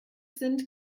sind